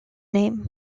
name